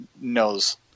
knows